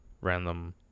random